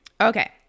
okay